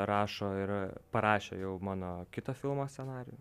rašo ir parašė jau mano kito filmo scenarijų